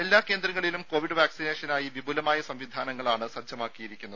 എല്ലാ കേന്ദ്രങ്ങളിലും കോവിഡ് വാക്സിനേഷനായി വിപുലമായ സംവിധാനങ്ങളാണ് സജ്ജമാക്കിയിരിക്കുന്നത്